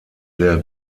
sehr